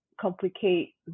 complicate